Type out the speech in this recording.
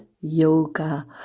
Yoga